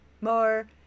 more